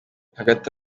hagati